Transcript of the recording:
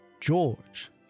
George